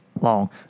long